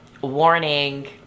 warning